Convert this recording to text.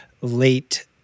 late